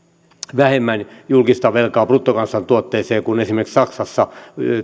vähemmän julkista velkaa suhteessa bruttokansantuotteeseen kuin esimerkiksi saksassa